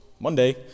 Monday